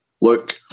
look